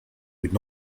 would